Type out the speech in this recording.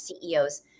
ceos